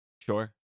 Sure